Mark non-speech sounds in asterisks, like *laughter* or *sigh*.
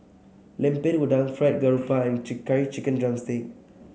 Lemper Udang Fried Garoupa and *unintelligible* Chicken drumstick